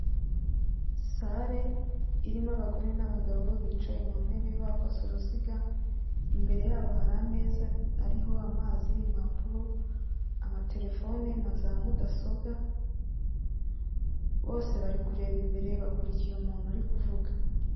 Sare irimo abagore n'abagabo bicaye mu ntebe bakoze uruziga, imbere yabo hari ameza ariho amazi, mpapuro, amaterefone na za mudasobwa, bose bari kureba imbere, bakurikiye umuntu uri kuvuga.